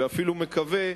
ואפילו מקווה,